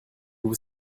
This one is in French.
vous